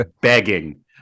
begging